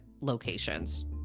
locations